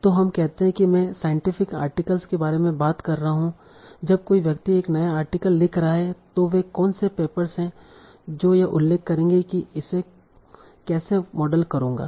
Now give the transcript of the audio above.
तो हम कहते हैं कि मैं साइंटिफिक आर्टिकल्स के बारे में बात कर रहा हूं जब कोई व्यक्ति एक नया आर्टिकल लिख रहा है तो वे कौन से पेपर्स हैं जो यह उल्लेख करेंगे कि मैं इसे कैसे मॉडल करूंगा